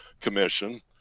commission